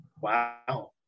Wow